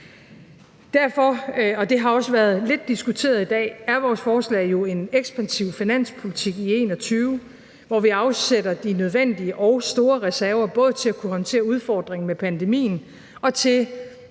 Derfor, og det har også været lidt diskuteret i dag, er vores forslag jo en ekspansiv finanspolitik i 2021, hvor vi afsætter de nødvendige og store reserver både til at kunne håndtere udfordringen med pandemien og til